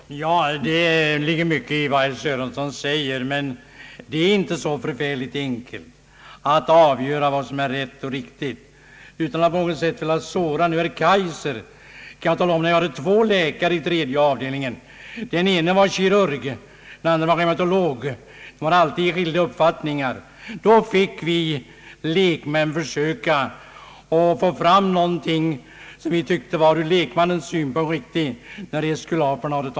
Herr talman! Ja, det ligger mycket i vad herr Sörenson säger, men det är inte så enkelt att avgöra vad som är rätt och riktigt. Utan att på något sätt såra herr Kaijser skall jag tala om att vi hade två läkare i tredje avdelningen, den ene kirurg och den andre reumatolog. De hade skilda uppfattningar, och då fick vi lekmän försöka få fram vad vi tyckte vara ur lekmannens synpunkt riktigt.